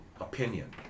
opinion